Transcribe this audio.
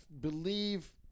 believe